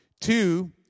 Two